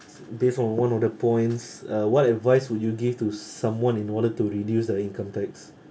based on one of the points uh what advice would you give to someone in order to reduce their income tax